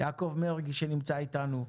יעקב מרגי שנמצא איתנו,